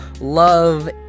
Love